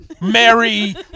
Mary